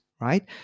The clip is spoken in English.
right